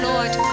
Lord